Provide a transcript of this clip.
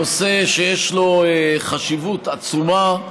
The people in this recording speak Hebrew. נושא שיש לו חשיבות עצומה,